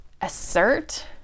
assert